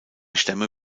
stämme